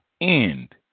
end